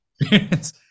experience